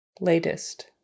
latest